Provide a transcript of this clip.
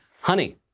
Honey